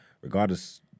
regardless